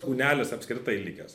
kūnelis apskritai likęs